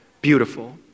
Beautiful